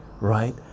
right